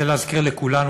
אני רוצה להזכיר לכולנו,